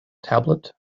tablet